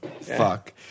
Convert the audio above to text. fuck